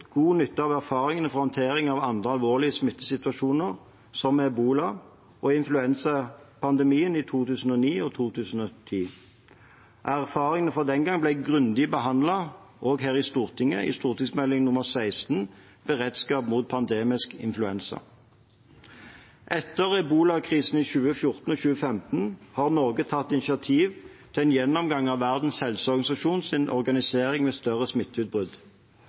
god nytte av erfaringene fra håndtering av andre alvorlige smittesituasjoner, som ebolakrisen og influensapandemien i 2009 og 2010. Erfaringene fra den gang ble grundig behandlet også her i Stortinget, i Meld. St. 16 for 2012–2013, Beredskap mot pandemisk influensa. Etter ebolakrisen i 2014 og 2015 har Norge tatt initiativ til en gjennomgang av Verdens helseorganisasjons organisering ved større